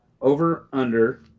over-under